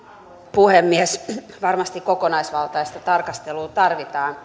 puhemies varmasti kokonaisvaltaista tarkastelua tarvitaan